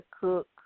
cook